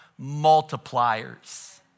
multipliers